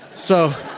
so.